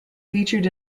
featured